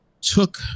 took